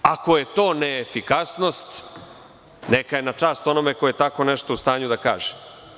Ako je to neefikasnost, neka je na čast onome ko je tako nešto u stanju da kaže.